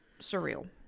surreal